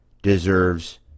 Deserves